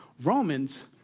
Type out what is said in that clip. Romans